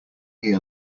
here